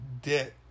debt